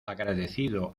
agradecido